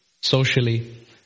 socially